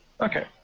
okay